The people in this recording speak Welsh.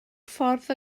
ffordd